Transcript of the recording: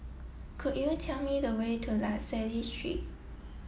could you tell me the way to La Salle Street